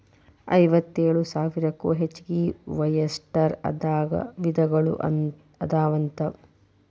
ಐವತ್ತೇಳು ಸಾವಿರಕ್ಕೂ ಹೆಚಗಿ ಒಯಸ್ಟರ್ ದಾಗ ವಿಧಗಳು ಅದಾವಂತ